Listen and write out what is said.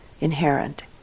inherent